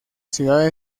ciudad